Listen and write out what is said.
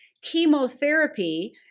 chemotherapy